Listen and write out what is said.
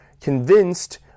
convinced